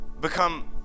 become